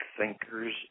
thinkers